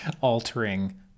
altering